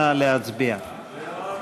נא להצביע.